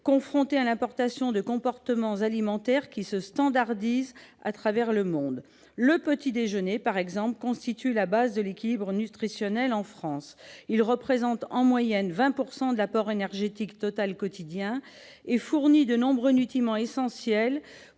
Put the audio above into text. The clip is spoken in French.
confronté qu'il est à l'importation de comportements alimentaires qui se standardisent à travers le monde. Le petit-déjeuner, par exemple, constitue la base de l'équilibre nutritionnel en France. Il représente en moyenne 20 % de l'apport énergétique total quotidien et il fournit de nombreux nutriments essentiels